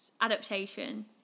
adaptation